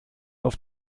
auf